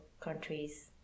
countries